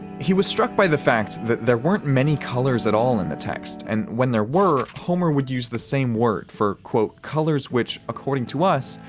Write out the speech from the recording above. he was struck by the fact that there weren't many colors at all in the text, and when there were, homer would use the same word for colours which, according to us,